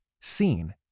seen